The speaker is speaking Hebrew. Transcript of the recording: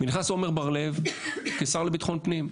ונכנס עמר בר לב כשר לביטחון פנים.